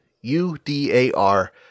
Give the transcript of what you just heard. U-D-A-R